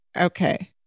Okay